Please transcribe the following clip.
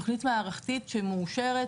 תוכנית שמאושרת,